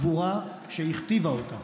גבורה שהכתיבה אותה.